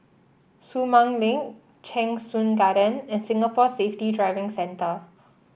Sumang Link Cheng Soon Garden and Singapore Safety Driving Centre